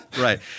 Right